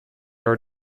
are